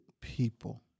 people